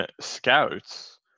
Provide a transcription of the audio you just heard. scouts